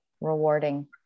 Rewarding